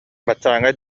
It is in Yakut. баччааҥҥа